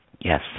Yes